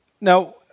Now